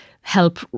help